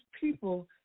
people